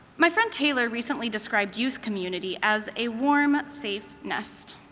my friend taylor recently described youth community as a warm, safe nest.